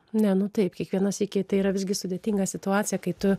ne nu taip kiekvieną sykį tai yra visgi sudėtingą situaciją kai tu